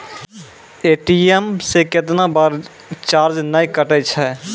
ATM से कैतना बार चार्ज नैय कटै छै?